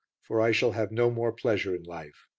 for i shall have no more pleasure in life.